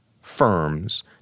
firms